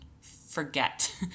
forget